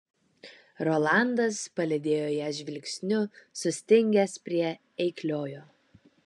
rolandas palydėjo ją žvilgsniu sustingęs prie eikliojo